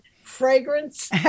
fragrance